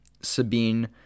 Sabine